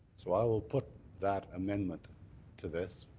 so i'll put that amendment to this